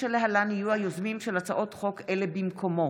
שלהלן יהיו היוזמים של הצעות חוק אלה במקומו: